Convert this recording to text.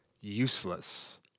useless